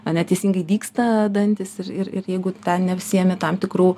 ar neteisingai dygsta dantys ir ir jeigu ten nesiimi tam tikrų